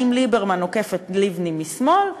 האם ליברמן עוקף את לבני משמאל,